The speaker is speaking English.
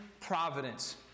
providence